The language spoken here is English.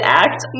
act